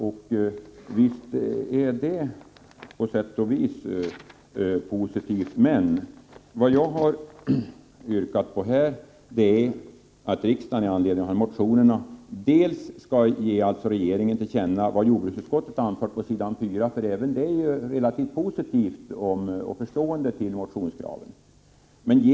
Visst är det på sätt och vis positivt, men vad jag har yrkat är att riksdagen med anledning av motionerna skall ge regeringen till känna vad jordbruksutskottet anfört på s. 4, för även det är relativt positivt och visar förståelse för motionskraven.